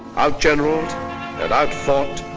out-generaled and out-fought,